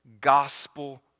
gospel